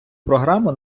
програму